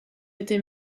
été